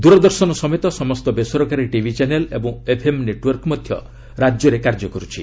ଦୂରଦର୍ଶନ ସମେତ ସମସ୍ତ ବେସରକାରୀ ଟିଭି ଚ୍ୟାନେଲ୍ ଓ ଏଫ୍ଏମ୍ ନେଟ୍ୱର୍କ ମଧ୍ୟ ରାଜ୍ୟରେ କାର୍ଯ୍ୟ କରୁଛି